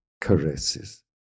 caresses